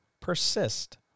persist